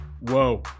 Whoa